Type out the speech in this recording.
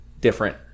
different